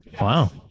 wow